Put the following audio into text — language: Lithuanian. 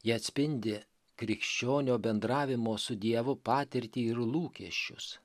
ji atspindi krikščionio bendravimo su dievu patirtį ir lūkesčius